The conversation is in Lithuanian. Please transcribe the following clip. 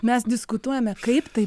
mes diskutuojame kaip tai